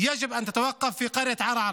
יש לעצור את כל אירועי הירי בכפר ערערה,